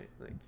right